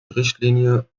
richtlinie